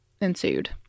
ensued